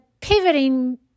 pivoting